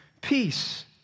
peace